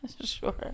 Sure